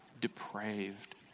depraved